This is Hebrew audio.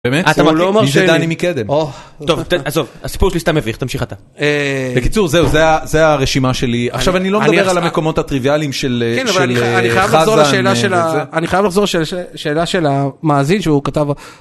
באמת? הוא לא מרשה לי. מי זה דני מקדם. טוב, עזוב. הסיפור שלי סתם מביך. תמשיך אתה. בקיצור, זהו. זו הרשימה שלי. עכשיו, אני לא מדבר על המקומות הטריוויאליים של חזן. כן, אבל אני חייב לחזור לשאלה של המאזין שהוא כתב.